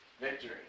Victory